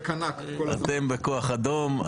באמת בסך הכל אנחנו, אתם יודעים מה?